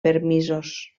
permisos